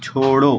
छोड़ो